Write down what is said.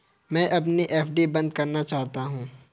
मैं अपनी एफ.डी बंद करना चाहता हूँ